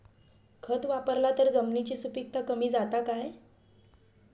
खत वापरला तर जमिनीची सुपीकता कमी जाता काय?